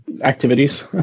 activities